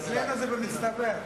אל תדאג.